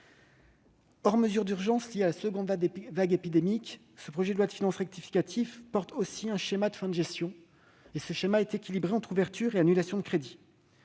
Hors mesures d'urgence liées à la seconde vague épidémique, ce projet de loi de finances rectificative comporte un schéma de fin de gestion équilibré entre ouvertures et annulations de crédits.